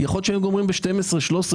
יכול להיות שהיינו גומרים ב-12 13,